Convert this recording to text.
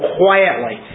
quietly